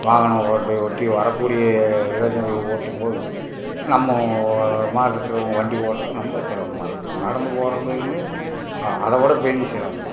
வாகனம் ஓட்டி ஓட்டி வரக்கூடிய இளைஞர்கள் ஓட்டும் போது நம்ம மாசத்தில் நம்ம வண்டி ஓட்டுகிறதும் ரொம்ப சிரமமா இருக்குது நடந்து போகிறதுமே அதை விட பெரிய சிரமமா இருக்குது